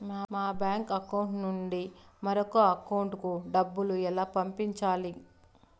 మా bank account నుండి మరొక అకౌంట్ కు డబ్బును ఎలా పంపించాలి